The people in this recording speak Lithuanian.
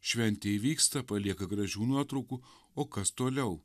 šventė įvyksta palieka gražių nuotraukų o kas toliau